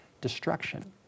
destruction